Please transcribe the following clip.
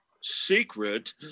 secret